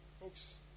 Folks